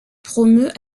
promeut